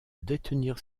détenir